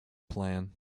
plan